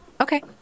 Okay